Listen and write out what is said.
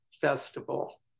festival